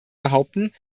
behaupten